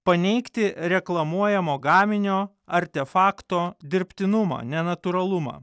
paneigti reklamuojamo gaminio artefakto dirbtinumą nenatūralumą